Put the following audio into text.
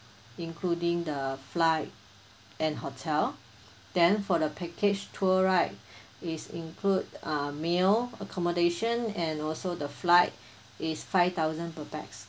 including the flight and hotel then for the package tour right is include uh meal accommodation and also the flight is five thousand per pax